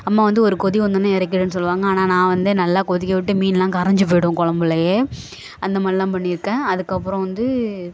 அம்மா வந்து ஒரு கொதி வந்தோவுன்னே இறக்கிடுன்னு சொல்லுவாங்க ஆனால் நான் வந்து நல்லா கொதிக்க விட்டு மீனெல்லாம் கரைஞ்சி போய்விடும் கொழம்புலையே அந்த மாதிரிலாம் பண்ணியிருக்கேன் அதுக்கப்புறம் வந்து